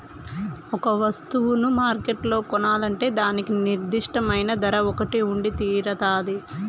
ఒక వస్తువును మార్కెట్లో కొనాలంటే దానికి నిర్దిష్టమైన ధర ఒకటి ఉండితీరతాది